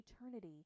eternity